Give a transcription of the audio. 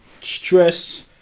stress